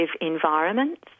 environments